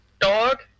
dog